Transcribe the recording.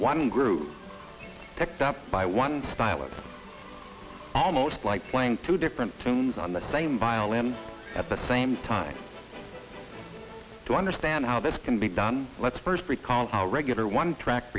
one groove picked up by one style of almost like playing two different teams on the same violin at the same time to understand how this can be done let's first recall how regular one track